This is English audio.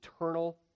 eternal